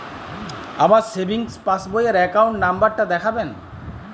আমার সেভিংস পাসবই র অ্যাকাউন্ট নাম্বার টা দেখাবেন?